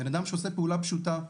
בן אדם שעושה פעולה פשוטה,